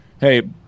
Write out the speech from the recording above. hey